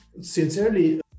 Sincerely